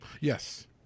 Yes